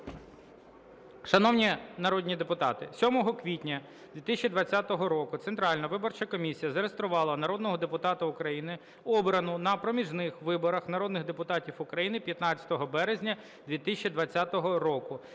Шановні народні депутати, 7 квітня 2020 року Центральна виборча комісія зареєструвала народного депутата України, обраного на проміжних виборах народних депутатів України 15 березня 2020 року